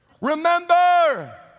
Remember